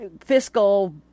fiscal